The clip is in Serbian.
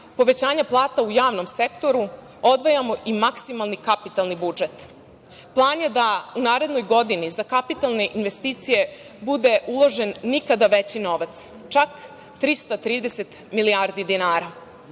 povećanja plata u javnom sektoru, odvajamo i maksimalni kapitalni budžet. Plan je da u narednoj godini za kapitalne investicije bude uložen nikada veći novac, čak 330 milijardi dinara. Samo